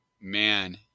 man